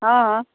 हँ हँ